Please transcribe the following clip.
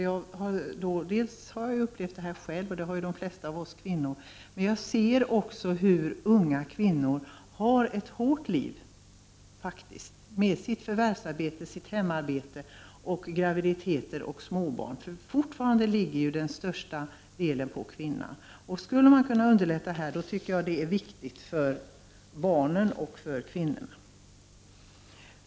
Jag har själv upplevt detta, och det har de flesta av oss kvinnor gjort. Men jag ser också att unga kvinnor faktiskt har ett hårt liv med sitt förvärvsarbete, hemarbete, graviditeter och småbarn. Fortfarande ligger ju den största delen på kvinnan. Jag tycker att det är viktigt att underlätta för barnen och kvinnorna.